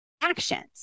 actions